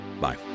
Bye